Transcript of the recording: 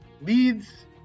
leads